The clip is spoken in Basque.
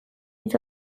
hitz